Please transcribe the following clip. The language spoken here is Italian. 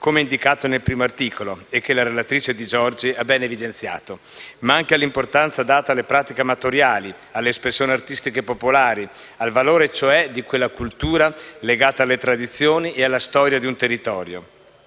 come indicato nel primo articolo e che la relatrice Di Giorgi ha ben evidenziato, ma anche all'importanza data alle pratiche amatoriali, alle espressioni artistiche popolari, al valore cioè di quella cultura legata alle tradizioni e alla storia di un territorio